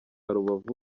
rubavu